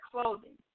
clothing